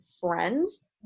friends